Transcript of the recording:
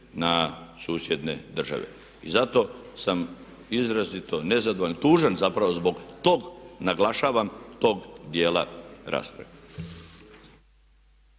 na susjedne države. I zato sam izrazito nezadovoljan, tužan zapravo zbog tog naglašavam tog dijela rasprave.